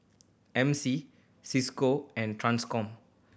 M C Cisco and Transcom